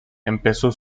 empezó